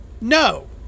No